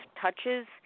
touches